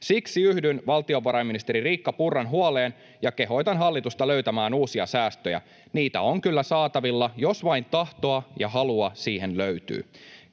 Siksi yhdyn valtiovarainministeri Riikka Purran huoleen ja kehotan hallitusta löytämään uusia säästöjä. Niitä on kyllä saatavilla, jos vain tahtoa ja halua siihen löytyy.